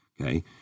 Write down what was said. Okay